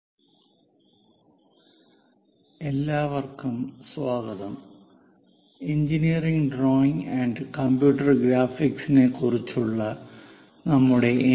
conic sections IV എല്ലാവർക്കും സ്വാഗതം engineering drawing and computer graphics കുറിച്ചുള്ള നമ്മുടെ എൻ